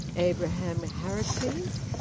abraham harracles,